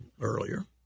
earlier